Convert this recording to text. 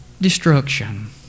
Destruction